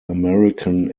american